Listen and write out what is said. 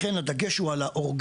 ולכן הדגש הוא על האורגניות,